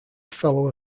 fellow